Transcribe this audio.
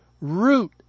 root